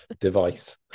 device